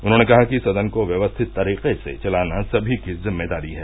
उन्होंने कहा कि सदन को व्यवस्थित तरीके से चलाना सभी की जिम्मेदारी है